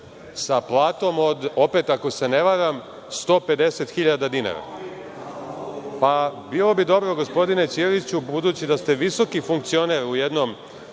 sa platom od, opet ako se ne varam, 150.000 dinara. Bilo bi dobro gospodine Ćiriću, budući da ste visoki funkcioner u jednom